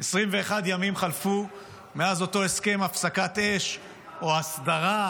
21 ימים חלפו מאז אותו הסכם הפסקת אש או הסדרה,